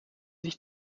sich